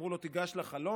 שאמרו לו: תיגש לחלון,